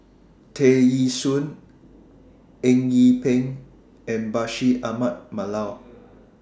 Tear Ee Soon Eng Yee Peng and Bashir Ahmad Mallal